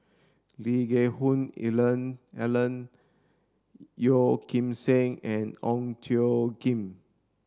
Lee Geck Hoon Ellen Yeo Kim Seng and Ong Tjoe Kim